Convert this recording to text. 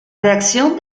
reacción